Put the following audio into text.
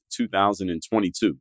2022